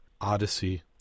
Odyssey